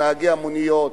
נהגי המוניות,